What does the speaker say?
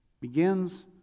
Begins